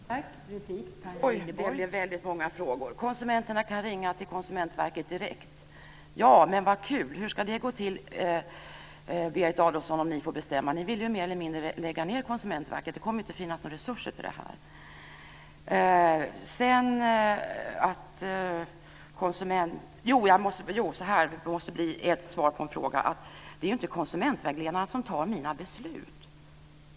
Fru talman! Det blev väldigt många frågor. Konsumenterna kan ringa till direkt till Konsumentverket, sade Berit Adolfsson. Ja, men vad kul. Hur ska det gå till, Berit Adolfsson, om ni får bestämma? Ni vill ju mer eller mindre lägga ned Konsumentverket. Det kommer inte att finnas några resurser till detta. Sedan måste jag svara på en fråga. Det är ju inte konsumentvägledarna som fattar mina beslut.